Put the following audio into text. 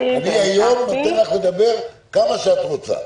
אמרתי לך, אני היום נותן לך לדבר כמה שאת רוצה,